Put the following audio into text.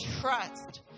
trust